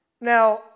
Now